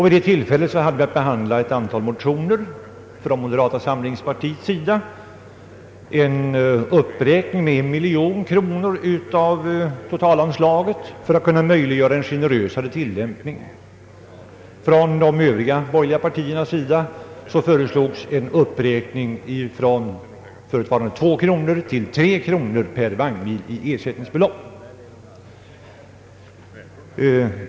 Vid det tillfället hade vi att behandla ett antal motioner från moderata samlingspartiets sida, vari yrkades en uppräkning med en miljon kronor av det totala anslaget för att möjliggöra en generösare tillämpning av bidragsbestämmelserna. Övriga borgerliga partier föreslog en uppräkning från förutvarande 2 kronor till 3 kronor per vagnmil i ersättningsbelopp.